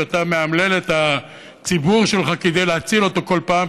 שאתה מאמלל את הציבור שלך כדי להציל אותו כל פעם,